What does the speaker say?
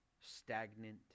stagnant